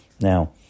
Now